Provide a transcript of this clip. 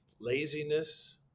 laziness